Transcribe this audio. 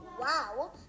wow